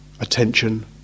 attention